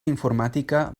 informàtica